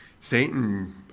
Satan